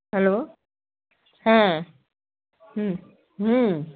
hello হ্যাঁ হুম হুম